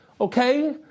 okay